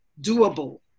doable